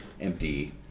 empty